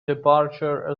departure